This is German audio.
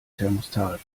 thermostat